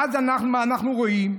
ואז מה אנחנו רואים?